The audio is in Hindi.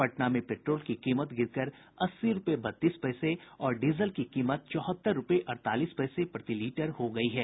पटना में पेट्रोल की कीमत गिरकर अस्सी रूपये बत्तीस पैसे और डीजल की कीमत चौहत्तर रूपये अड़तालीस पैसे प्रति लीटर हो गयी है